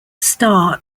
star